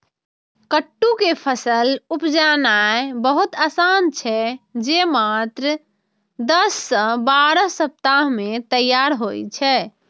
कट्टू के फसल उपजेनाय बहुत आसान छै, जे मात्र दस सं बारह सप्ताह मे तैयार होइ छै